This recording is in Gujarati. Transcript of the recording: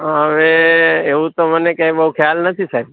હવે એવું તો મને કયાય બહુ ખ્યાલ નથી સાહેબ